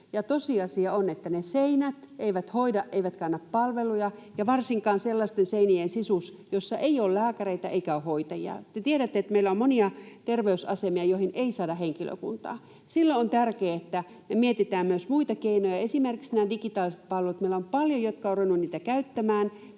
Tosiasia on, että ne seinät eivät hoida eivätkä anna palveluja, ja varsinkaan sellaisten seinien sisus, jossa ei ole lääkäreitä eikä ole hoitajia. Te tiedätte, että meillä on monia terveysasemia, joihin ei saada henkilökuntaa. Silloin on tärkeää, että me mietitään myös muita keinoja, esimerkiksi näitä digitaalisia palveluja. Meillä on paljon ihmisiä, jotka ovat niitä ruvenneet käyttämään.